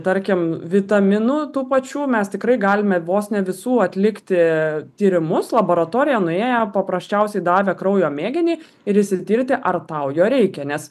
tarkim vitaminų tų pačių mes tikrai galime vos ne visų atlikti tyrimus laboratoriją nuėję paprasčiausiai davė kraujo mėginį ir išsitirti ar tau jo reikia nes